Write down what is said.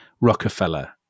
Rockefeller